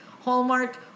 Hallmark